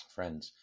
Friends